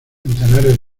centenares